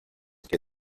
que